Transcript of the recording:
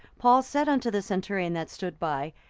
paul said unto the centurion that stood by,